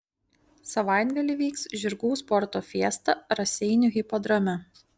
savaitgalį vyks žirgų sporto fiesta raseinių hipodrome